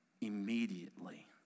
immediately